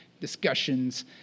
discussions